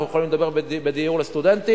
אנחנו יכולים לטפל בדיור לסטודנטים,